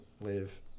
live